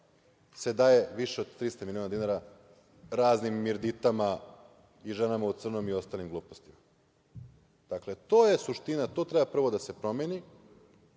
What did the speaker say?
se daje više od 300 miliona dinara raznim Mirditama i ženama u crnom i ostalim glupostima. Dakle, to je suština. To treba prvo da se promeni,